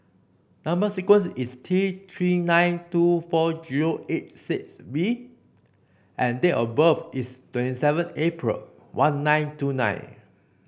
number sequence is T Three nine two four zero eight six V and date of birth is twenty seven April one nine two nine